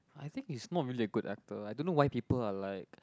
I think he's not really a good actor I don't know why people are like